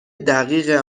دقیق